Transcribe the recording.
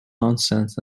nonsense